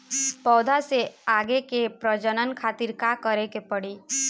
पौधा से आगे के प्रजनन खातिर का करे के पड़ी?